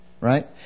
right